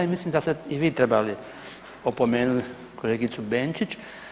I mislim da ste i vi trebali opomenuti kolegicu Benčić.